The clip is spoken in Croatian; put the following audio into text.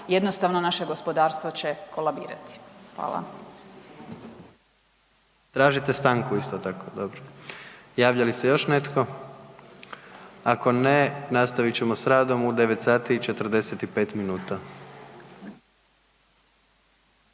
jednostavno naše gospodarstvo će kolabirati. Hvala. **Jandroković, Gordan (HDZ)** Tražite stanku isto tako? Dobro. Javlja li se još netko? Ako ne, nastavit ćemo s radom u 9 sati i 45 minuta.